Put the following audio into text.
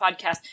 podcast